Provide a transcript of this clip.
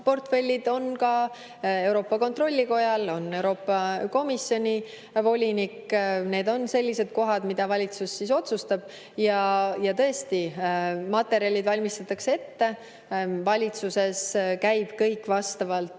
järgus. Portfellid on ka Euroopa Kontrollikojal ja Euroopa Komisjoni volinikel. Need on sellised kohad, mida valitsus otsustab. Ja tõesti, materjalid valmistatakse ette. Valitsuses käib kõik vastavalt